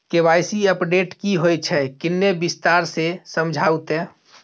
KYC update की होय छै किन्ने विस्तार से समझाऊ ते?